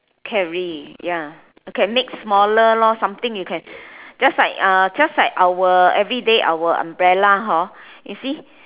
carry ya you can make smaller lor something you can just like uh just like our everyday our umbrella hor you see